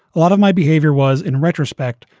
a lot of my behavior was, in retrospect,